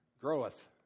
Groweth